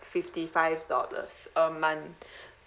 fifty five dollars a month